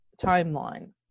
timeline